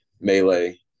melee